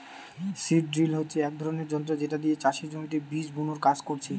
seed drill হচ্ছে এক ধরণের যন্ত্র যেটা দিয়ে চাষের জমিতে বীজ বুনার কাজ করছে